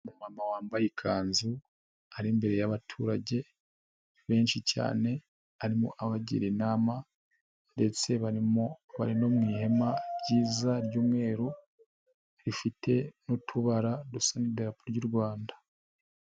Umumama wambaye ikanzu ari imbere y'abaturage benshi cyane arimo abagira inama ndetse barimo bari no mu ihema ryiza ry'umweru rifite n'utubara dusa nk'idarapo ry'u Rwanda.